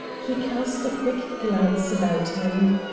he cast a quick glance about him.